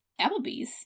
Applebee's